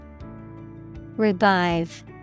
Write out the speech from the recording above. Revive